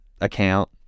account